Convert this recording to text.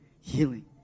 healing